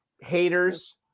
haters